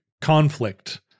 conflict